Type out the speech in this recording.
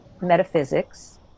metaphysics